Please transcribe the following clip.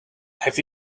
have